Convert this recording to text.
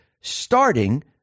starting